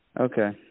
Okay